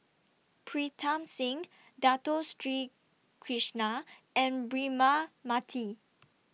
Pritam Singh Dato Sri Krishna and Braema Mathi